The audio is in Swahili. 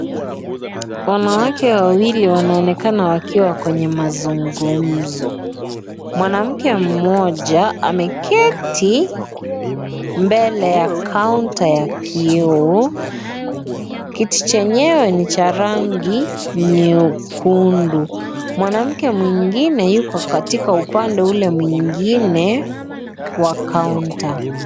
Wanawake wawili wanaonenakana wakiwa kwenye mazungumzo. Mwanamke mmoja ameketi mbele ya kaunta ya kio, kiti chenyewe ni cha rangi nyekundu. Mwanamke mwingine yuko katika ile upande mwingine wa kaunta.